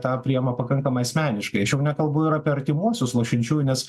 tą priima pakankamai asmeniškai aš jau nekalbu ir apie artimuosius nuoširdžiai nes